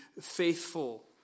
faithful